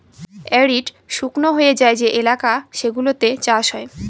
arid শুকনো হয়ে যায় যে এলাকা সেগুলোতে চাষ হয়